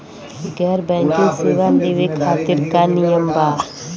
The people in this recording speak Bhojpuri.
गैर बैंकिंग सेवा लेवे खातिर का नियम बा?